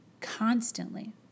constantly